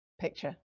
picture